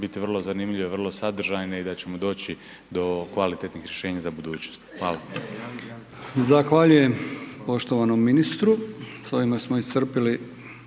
biti vrlo zanimljive, vrlo sadržajne i da ćemo doći do kvalitetnih rješenja za budućnost. Hvala.